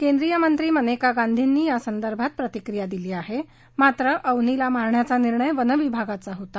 केंद्रीय मंत्री मनेका गांधीनी यासदंभात प्रतिक्रिया दिली आहे मात्र अवनीला मारण्याचा निर्णय वन विभागाचा होता